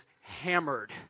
hammered